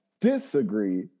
disagree